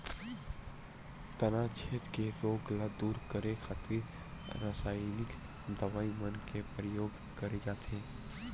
तनाछेद के रोग ल दूर करे खातिर रसाइनिक दवई मन के परियोग करे जाथे